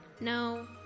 No